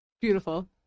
beautiful